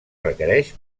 requereix